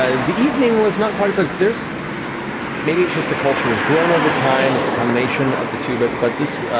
ah the evening was not quite as much, maybe it's just the culture has grown over time, it's the combination of the two, but but